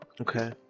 Okay